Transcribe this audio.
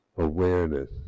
awareness